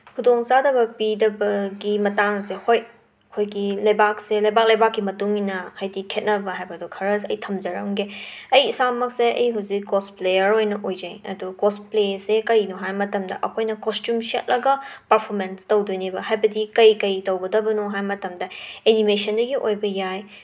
ꯈꯨꯗꯣꯡꯆꯥꯗꯕ ꯄꯤꯗꯕꯒꯤ ꯃꯇꯥꯡ ꯑꯁꯦ ꯍꯣꯏ ꯑꯩꯈꯣꯏꯒꯤ ꯂꯩꯕꯥꯛ ꯑꯁꯦ ꯂꯩꯕꯥꯛ ꯂꯩꯕꯥꯛꯀꯤ ꯃꯇꯨꯡ ꯏꯟꯅ ꯍꯥꯏꯗꯤ ꯈꯦꯠꯅꯕ ꯍꯥꯏꯗꯣ ꯈꯔ ꯑꯩ ꯊꯝꯖꯔꯝꯒꯦ ꯑꯩ ꯏꯁꯥꯃꯛꯁꯦ ꯑꯩ ꯍꯧꯖꯤꯛ ꯀꯣꯁꯄ꯭ꯂꯦꯌꯔ ꯑꯣꯏꯅ ꯑꯣꯏꯖꯩ ꯑꯗꯣ ꯀꯣꯁꯄ꯭ꯂꯦ ꯑꯁꯦ ꯀꯔꯤꯅꯣ ꯍꯥꯏ ꯃꯇꯝꯗ ꯑꯩꯈꯣꯏꯅ ꯀꯣꯁꯇ꯭ꯌꯨꯝ ꯁꯦꯠꯂꯒ ꯄꯔꯐꯣꯃꯦꯟꯁ ꯇꯧꯗꯣꯏꯅꯦꯕ ꯍꯥꯏꯕꯗꯤ ꯀꯩ ꯀꯩ ꯇꯧꯒꯗꯕꯅꯣ ꯍꯥꯏ ꯃꯇꯝꯗ ꯑꯦꯅꯤꯃꯦꯁꯟꯗꯒꯤ ꯑꯣꯏꯕ ꯌꯥꯏ